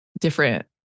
different